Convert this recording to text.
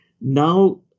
now